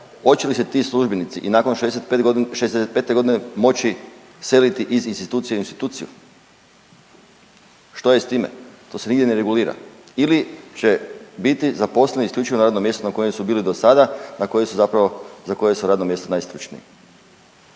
hoće li se ti službenici i nakon 65 godine moći seliti iz institucije u instituciju. Što je s time? To se nigdje ne regulira. Ili će biti zaposleni isključivo na radnom mjestu na kojem su bili do sada, za koje su radno mjesto najstručniji.